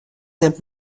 net